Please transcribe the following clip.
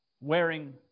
wearing